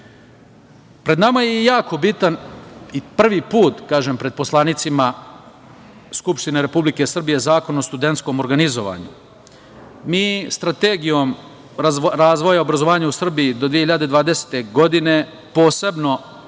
njih. Pred nama je i jako bitan i prvi put pred poslanicima Skupštine Republike Srbije zakon o studentskom organizovanju. Mi Strategijom razvoja obrazovanja u Srbiji do 2020. godine posebno